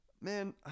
Man